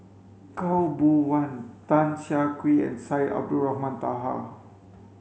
Khaw Boon Wan Tan Siah Kwee and Syed Abdulrahman Taha